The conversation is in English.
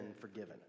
forgiven